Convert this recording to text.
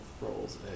Rolls